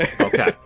Okay